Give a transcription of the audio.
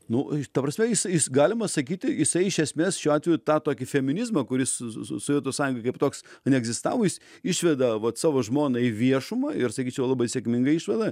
nu ta prasme jisai galima sakyti jisai iš esmės šiuo atveju tą tokį feminizmą kuris so so so sovietų sąjungoj kaip toks neegzistavo jis išveda vat savo žmoną į viešumą ir sakyčiau labai sėkmingai išveda